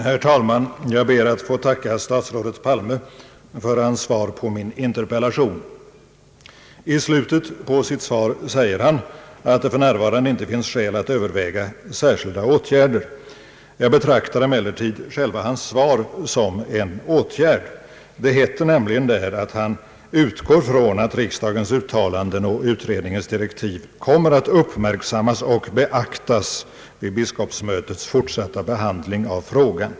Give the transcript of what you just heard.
Herr talman! Jag ber att få tacka statsrådet Palme för hans svar på min interpellation. I slutet av detta säger statsrådet, att det för närvarande inte finns skäl att överväga särskilda åtgärder. Jag betraktar emellertid själva hans svar som en åtgärd. Det heter nämligen där, att statsrådet utgår ifrån att riksdagens tidigare uttalanden och utredningens direktiv »kommer att uppmärksammas och beaktas vid biskopsmötets fortsatta behandling av frågan».